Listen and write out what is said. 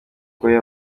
okoye